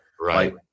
Right